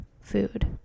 food